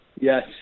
yes